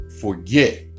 forget